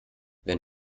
wenn